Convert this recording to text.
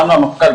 גם למפכ"ל,